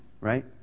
right